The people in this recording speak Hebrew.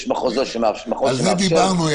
על זה דיברנו.